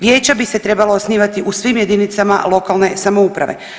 Vijeća bi se trebala osnivati u svim jedinicama lokalne samouprave.